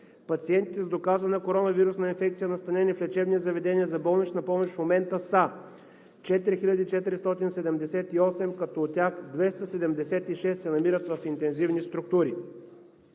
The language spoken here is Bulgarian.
Пациентите с доказана коронавирусна инфекция, настанени в лечебни заведения за болнична помощ, в момента са 4478, като от тях 276 се намират в интензивни структури.